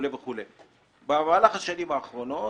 במהלך השנים האחרונות